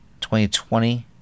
2020